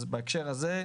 אז בהקשר זה,